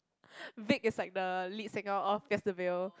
Vic is like the lead singer of Pierce the Veil